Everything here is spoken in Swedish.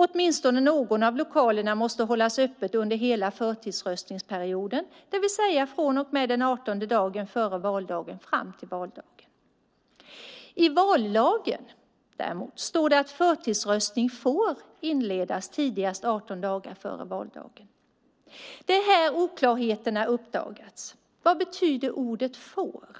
Åtminstone någon av lokalerna måste hållas öppen under hela förtidsröstningsperioden, det vill säga från och med den 18:e dagen före valdagen och fram till valdagen. I vallagen står det däremot att förtidsröstning får inledas tidigast 18 dagar före valdagen. Det är här oklarheterna uppdagas. Vad betyder ordet "får"?